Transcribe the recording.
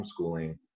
homeschooling